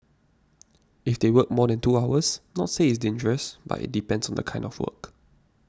if they work more than two hours not say it's dangerous but it depends on the kind of work